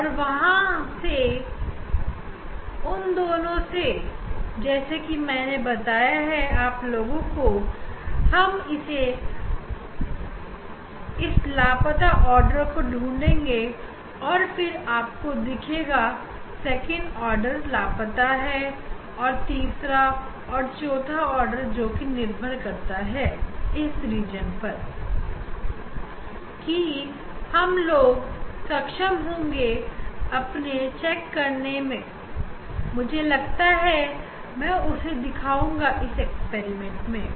और वहां से वहां उस दोनों से जैसा कि मैंने बताया है आप लोगों को हम इसे लापता ऑर्डर ढूंढेंगे फिर आपको दिखेगा सेकंड ऑर्डर लापता है और तीसरा और चौथा ऑर्डर जोकि निर्भर करता है इस रीज़न पर की जो कि हम लोग सक्षम होंगे अभी चेक करने में मुझे लगता है मैं उसे दिखाऊंगा इस एक्सपेरिमेंट में